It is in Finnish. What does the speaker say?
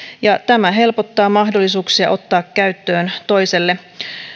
ja tämä helpottaa mahdollisuuksia ottaa käyttöön toiselle